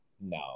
No